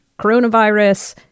coronavirus